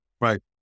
right